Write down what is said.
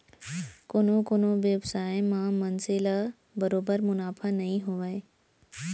कोनो कोनो बेवसाय म मनसे ल बरोबर मुनाफा नइ होवय